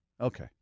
Okay